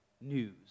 news